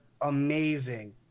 amazing